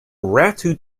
ratu